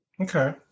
Okay